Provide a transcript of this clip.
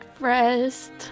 rest